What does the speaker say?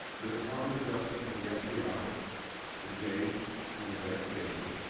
the department of justice and the fbi engaged in an investigation